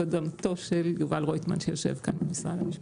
קודמתו של יובל רויטמן שיושב כאן ממשרד המשפטים.